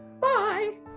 bye